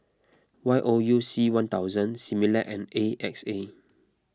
Y O U C one thousand Similac and A X A